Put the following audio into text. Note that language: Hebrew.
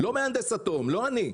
לא מהנדס אטום, לא אני.